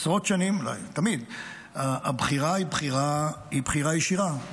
עשרות שנים, אולי תמיד, הבחירה היא בחירה ישירה.